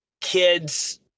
kids